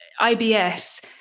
IBS